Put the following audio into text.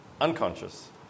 unconscious